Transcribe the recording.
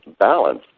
balance